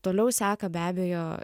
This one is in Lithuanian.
toliau seka be abejo